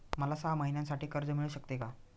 मला सहा महिन्यांसाठी कर्ज मिळू शकते का?